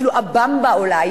אפילו ה"במבה" עולה.